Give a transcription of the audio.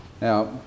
Now